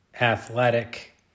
athletic